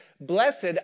blessed